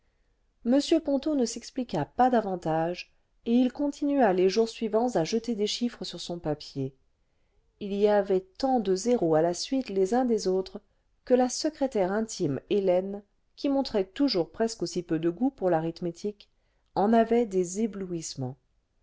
m ponto ne s'expliqua pas davantage et il continua les jours suivants à jeter des chiffres sur son papier il y avait tant de zéros à la suite les uns des antres que la secrétaire intime hélène qui montrait toujours presque aussi peu de goût pour l'arithmétique en avait des éblouissements